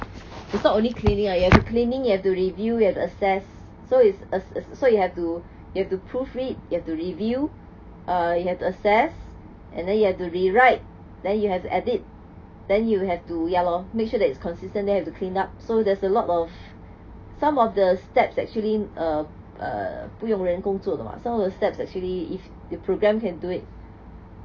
it's not only cleaning ah you have cleaning you have to review you have to assess so it's as as so you have to you have to proofread you have to review err you have to assess and then you have to rewrite then you have to edit then you have to ya lor make sure that it's consistent then have to clean up so there's a lot of some of the steps that actually err err 不用人工做的 what some of the steps actually if the program can do it